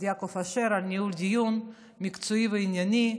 יעקב אשר על ניהול דיון מקצועי וענייני.